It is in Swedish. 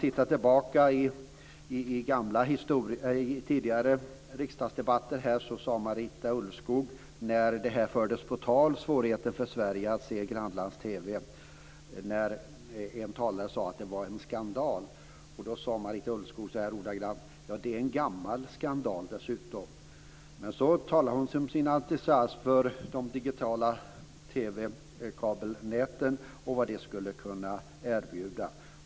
I en tidigare riksdagsdebatt sade Marita Ulvskog när en talare sade att det var en skandal med svårigheten att i Sverige se grannlands-TV: "Det är en gammal skandal dessutom." Men så talade hon om vad de digitala TV-kabelnäten skulle kunna erbjuda.